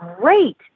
great